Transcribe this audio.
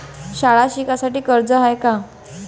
शाळा शिकासाठी कर्ज हाय का?